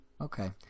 Okay